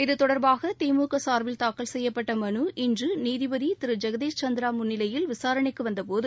இதுதொடர்பாகதிமுகசார்பில் செய்யப்பட்டமனு இன்றுநீதிபதிதிருஜெகதீஷ் சந்திராமுன்னிலையில் விசாரணைக்குவந்தபோது